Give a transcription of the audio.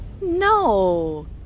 No